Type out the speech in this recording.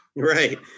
Right